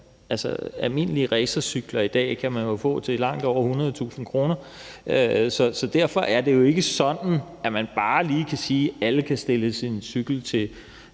være. Almindelige racercykler kan man jo i dag få til langt over 100.000 kr., så derfor er det jo ikke sådan, at man bare lige kan sige, at alle kan stille deres cykel til